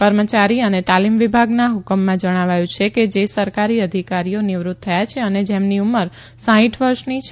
કર્મયારી અને તાલીમ વિભાગના ઠુકમમાં જણાવાયું છે કે જે સરકારી અધિકારીઓ નિવૃત થયા છે અને જેમની ઉંમર સાઇઠ વર્ષની છે